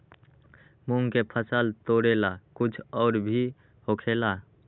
मूंग के फसल तोरेला कुछ और भी होखेला?